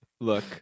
Look